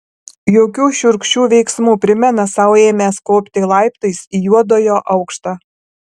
jokių šiurkščių veiksmų primena sau ėmęs kopti laiptais į juodojo aukštą